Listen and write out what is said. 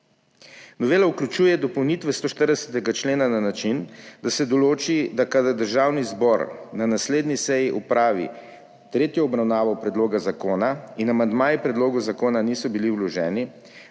Novela vključuje dopolnitve 140. člena na način, da se določi, da kadar Državni zbor na naslednji seji opravi tretjo obravnavo predloga zakona in amandmaji k predlogu zakona niso bili vloženi,